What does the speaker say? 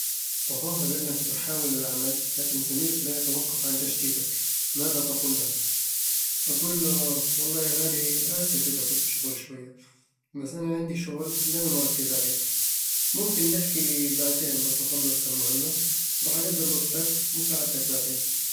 تظاهر بأنك تحاول العمل، لكن زميلك لا يتوقف عن تشتيتك. ماذا تقول له؟ اقول له: "والله يا غالي، آسف إذا كنت مشغول شوية، بس انا عندي شغل لازم أركز عليه ممكن نحكي بعدين بس أخلص هالمهمة؟ رح أقدّر وقتك ومساعدتك بعدين"